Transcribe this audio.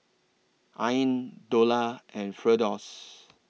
Ain Dollah and Firdaus